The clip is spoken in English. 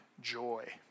joy